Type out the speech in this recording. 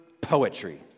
poetry